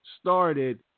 started –